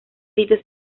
sitio